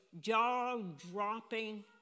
jaw-dropping